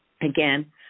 Again